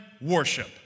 worship